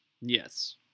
Yes